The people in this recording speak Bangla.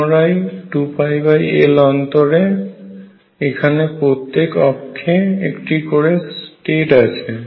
পুনরায় 2L অন্তরে এখানে প্রত্যেক অক্ষে একটি করে স্টেট আছে